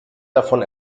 davon